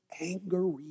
angry